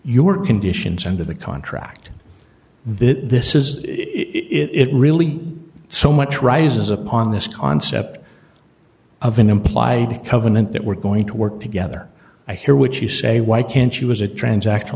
your conditions under the contract this is it really so much rises upon this concept of an implied covenant that we're going to work together i hear which you say why can't you as a